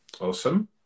Awesome